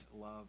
love